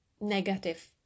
negative